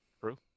True